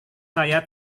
saya